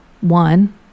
one